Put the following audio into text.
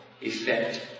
effect